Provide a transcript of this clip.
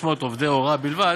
ב-500 עובדי הוראה בלבד,